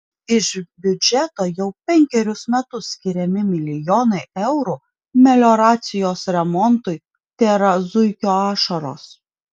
iš biudžeto jau penkerius metus skiriami milijonai eurų melioracijos remontui tėra zuikio ašaros